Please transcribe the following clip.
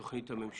לתוכנית הממשלתית.